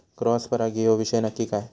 Cross परागी ह्यो विषय नक्की काय?